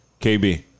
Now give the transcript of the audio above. KB